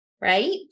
right